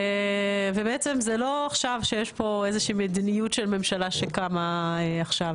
ובעצם זה לא עכשיו שיש פה איזושהי מדיניות של ממשלה שקמה עכשיו,